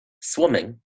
swimming